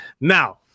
Now